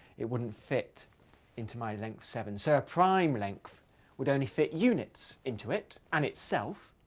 it wouldn't fit into my length seven. so a prime length would only fit units into it and itself.